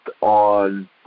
on